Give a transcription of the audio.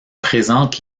présente